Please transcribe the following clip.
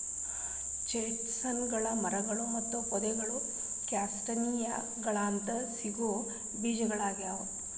ಚೆಸ್ಟ್ನಟ್ಗಳು ಮರಗಳು ಮತ್ತು ಪೊದೆಗಳು ಕ್ಯಾಸ್ಟಾನಿಯಾಗಳಿಂದ ಸಿಗೋ ಬೇಜಗಳಗ್ಯಾವ